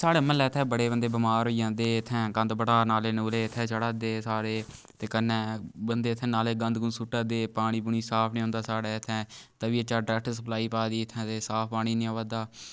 साढ़ै म्हल्ले इत्थें बड़े बंदे बमार होई जंदे इत्थे गंद बड़ा नाले नुले इत्थै चढ़ा दे सारे ते कन्नै बंदे इत्थे नाले च गंद गुंद सुट्टा दे पानी पुनी साफ नी औंदा साढ़ै इत्थै तवियै चा डरैक्ट सप्लाई पाई दी इत्थै ते साफ पानी नी अवा दा